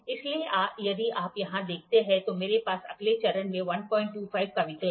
इसलिए यदि आप यहां देखते हैं तो मेरे पास अगले चरण में 125 का विकल्प है